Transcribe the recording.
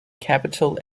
capitol